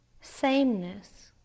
Sameness